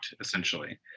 essentially